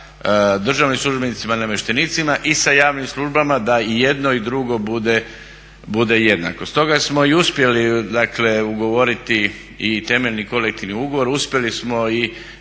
državnim službenicima i namještenicima i sa javnim službama da i jedno i drugo bude, bude jednako. Stoga smo i uspjeli dakle ugovoriti i temeljni kolektivni ugovor, uspjeli smo i